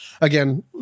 Again